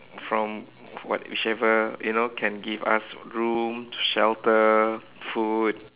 from what whichever you know can give us room shelter food